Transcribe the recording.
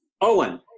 Owen